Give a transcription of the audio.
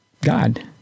God